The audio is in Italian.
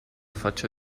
faccia